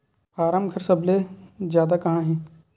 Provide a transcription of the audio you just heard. form घर सबले जादा कहां हे